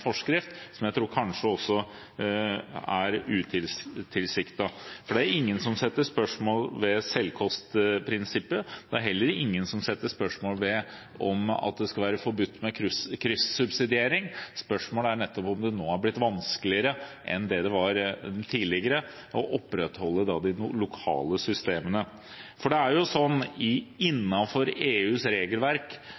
tror jeg kanskje også er utilsiktet. Det er ingen som stiller spørsmål ved selvkostprinsippet. Det er heller ingen som stiller spørsmål ved at det skal være forbudt med kryssubsidiering. Spørsmålet er om det nå er blitt vanskeligere enn det var tidligere å opprettholde de lokale systemene. Det er ganske stor variasjon i hvordan EUs regelverk,